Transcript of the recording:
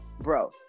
bro